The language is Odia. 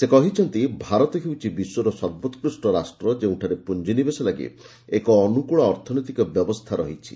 ସେ କହିଛନ୍ତି ଭାରତ ହେଉଛି ବିଶ୍ୱର ସର୍ବୋକ୍ରୁଷ୍ଟ ରାଷ୍ଟ୍ର ଯେଉଁଠାରେ ପୁଞ୍ଜି ନିବେଶ ଲାଗି ଏକ ଅନୁକୂଳ ଅର୍ଥନୈତିକ ବ୍ୟବସ୍ଥା ରହିଛି